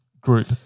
group